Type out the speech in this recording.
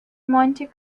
monte